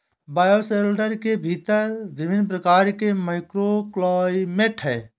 bioshelter के भीतर विभिन्न प्रकार के माइक्रोक्लाइमेट हैं